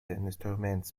instruments